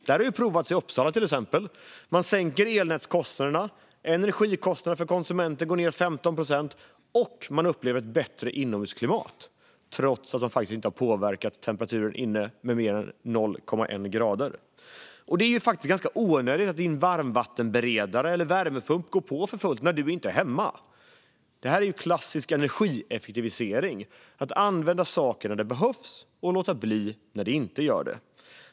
Det har provats i Uppsala, till exempel: Om man sänker elnätskostnaderna går energikostnaden för konsumenten ned med 15 procent, och man upplever ett bättre inomhusklimat trots att det inte har påverkat temperaturen inne med mer än 0,1 grader. Det är faktiskt ganska onödigt att din varmvattenberedare eller värmepump går för fullt när du inte är hemma. Det är klassisk energieffektivisering - att använda saker när de behövs och att låta bli när de inte behövs.